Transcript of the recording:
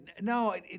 no